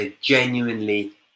genuinely